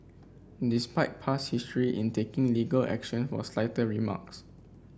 despite past history in taking legal action for slighter remarks